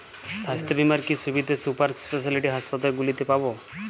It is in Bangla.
স্বাস্থ্য বীমার কি কি সুবিধে সুপার স্পেশালিটি হাসপাতালগুলিতে পাব?